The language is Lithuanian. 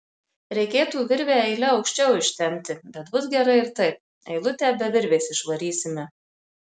reikėtų virvę eile aukščiau ištempti bet bus gerai ir taip eilutę be virvės išvarysime